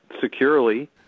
securely